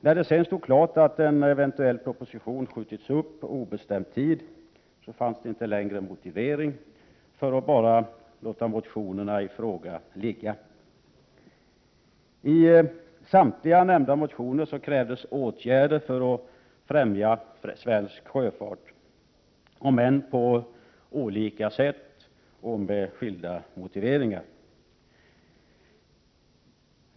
När det sedan stod klart att en eventuell proposition skjutits upp obestämd tid fanns inte längre något motiv för att låta motionerna i fråga ligga. I samtliga dessa motioner krävs åtgärder för att främja svensk sjöfart, om än på olika sätt och med skilda motiveringar.